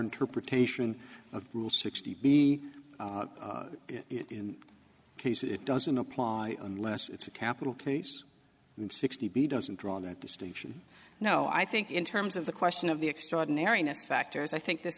interpretation of rule sixty be it in case it doesn't apply unless it's a capital case and sixty doesn't draw that distinction no i think in terms of the question of the extraordinariness factors i think th